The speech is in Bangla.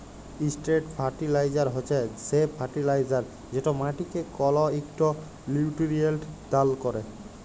ইসট্রেট ফারটিলাইজার হছে সে ফার্টিলাইজার যেট মাটিকে কল ইকট লিউটিরিয়েল্ট দাল ক্যরে